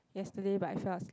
yesterday but I fell asleep